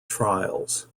trials